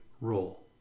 role